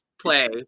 play